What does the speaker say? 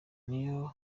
niyo